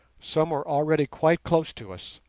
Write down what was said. some were already quite close to us.